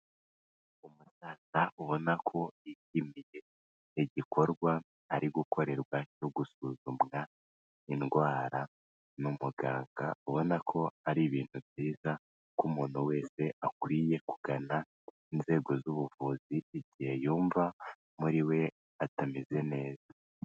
Umusaza ubona ko yishimiye igikorwa ari gukorerwa cyo gusuzumwa indwara n'umuganga, ubona ko ari ibintu byiza ko umuntu wese akwiye kugana inzego z'ubuvuzi igihe yumva muri we atameze neza.